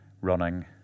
running